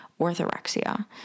orthorexia